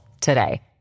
today